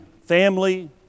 family